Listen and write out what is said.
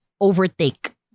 overtake